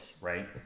right